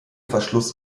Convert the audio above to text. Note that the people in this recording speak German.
verschluss